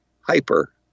hyper